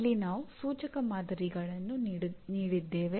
ಇಲ್ಲಿ ನಾವು ಸೂಚಕ ಮಾದರಿಗಳನ್ನು ನೀಡಿದ್ದೇವೆ